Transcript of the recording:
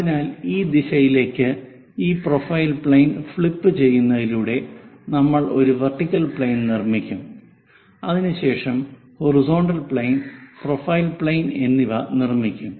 അതിനാൽ ഈ ദിശയിലേക്ക് ഈ പ്രൊഫൈൽ പ്ലെയിൻ ഫ്ലിപ്പുചെയ്യുന്നതിലൂടെ നമ്മൾ ഒരു വെർട്ടിക്കൽ പ്ലെയിൻ നിർമ്മിക്കും അതിനുശേഷം ഹൊറിസോണ്ടൽ പ്ലെയിൻ പ്രൊഫൈൽ പ്ലെയിൻ എന്നിവ നിർമ്മിക്കും